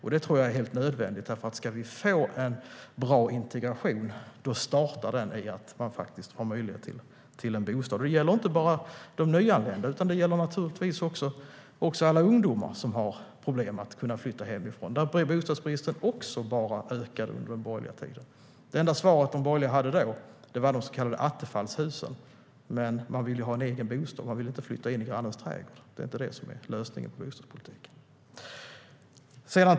Det tror jag är helt nödvändigt, för en bra integration startar i att man faktiskt har möjlighet att få en bostad. Det gäller inte bara de nyanlända, utan det gäller naturligtvis också alla ungdomar som har problem med att kunna flytta hemifrån. Även där ökade bostadsbristen under den borgerliga tiden. Det enda svaret de borgerliga hade då var de så kallade Attefallshusen. Men man vill ha en egen bostad, inte flytta in i grannens trädgård. Det är inte det som är lösningen på bostadsbristen.